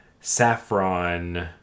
saffron